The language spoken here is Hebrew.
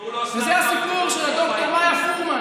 תקראו לאוסנת מארק, זה הסיפור של ד"ר מאיה פורמן,